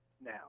now